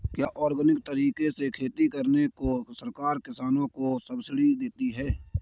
क्या ऑर्गेनिक तरीके से खेती करने पर सरकार किसानों को सब्सिडी देती है?